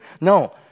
No